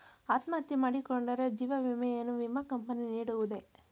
ಅತ್ಮಹತ್ಯೆ ಮಾಡಿಕೊಂಡರೆ ಜೀವ ವಿಮೆಯನ್ನು ವಿಮಾ ಕಂಪನಿ ನೀಡುವುದೇ?